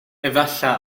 efallai